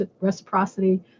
reciprocity